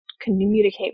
communicate